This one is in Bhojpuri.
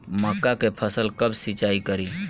मका के फ़सल कब सिंचाई करी?